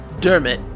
Dermot